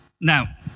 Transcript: Now